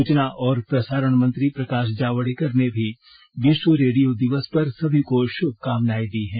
सूचना और प्रसारण मंत्री प्रकाश जावेडकर ने भी विश्व रेडियो दिवस पर सभी को शुभकामनाएं दी हैं